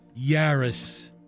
Yaris